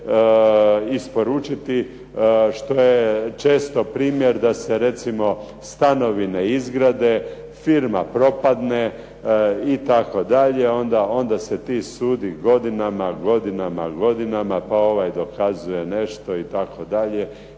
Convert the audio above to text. isporučiti što je često primjer da se recimo stanovi ne izgrade, firma propadne itd., onda se ti sudi godinama, godinama pa ovaj dokazuje nešto itd.